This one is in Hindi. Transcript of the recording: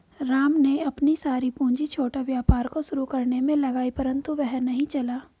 राम ने अपनी सारी पूंजी छोटा व्यापार को शुरू करने मे लगाई परन्तु वह नहीं चला